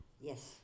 Yes